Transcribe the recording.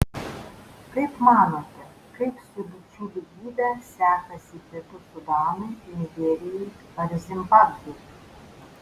kaip manote kaip su lyčių lygybe sekasi pietų sudanui nigerijai ar zimbabvei